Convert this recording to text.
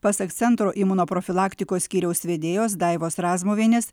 pasak centro imunoprofilaktikos skyriaus vedėjos daivos razmuvienės